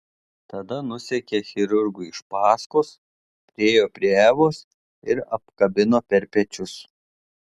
tada nusekė chirurgui iš paskos priėjo prie evos ir apkabino per pečius